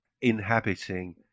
inhabiting